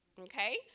okay